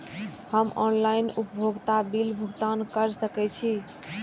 हम ऑनलाइन उपभोगता बिल भुगतान कर सकैछी?